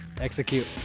Execute